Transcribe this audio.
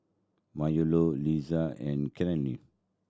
Marylou Lisha and Cleola